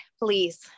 please